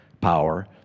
power